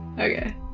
Okay